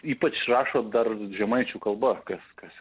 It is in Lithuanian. ypač rašo dar žemaičių kalba kas kas